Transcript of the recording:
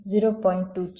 2 છે